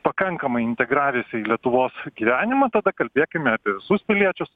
pakankamai integravęsi į lietuvos gyvenimą tada kalbėkime apie visus piliečius